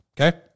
Okay